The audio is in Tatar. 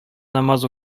намаз